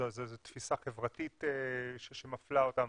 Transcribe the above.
האם זו תפיסה חברתית שמפלה אותם?